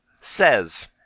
says